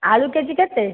ଆଳୁ କେଜି କେତେ